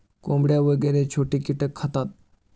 कोंबड्या वगैरे छोटे कीटक खातात